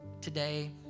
today